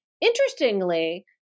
interestingly